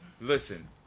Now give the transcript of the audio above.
Listen